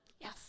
Yes